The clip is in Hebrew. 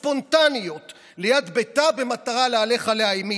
ספונטניות ליד ביתה במטרה להלך עליה אימים,